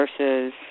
versus